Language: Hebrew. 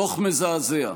דוח מזעזע.